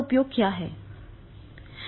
उपयोग क्या है